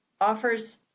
offers